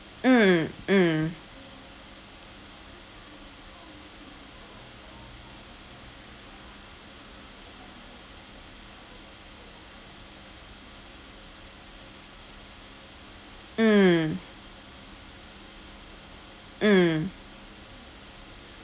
mm mm mm mm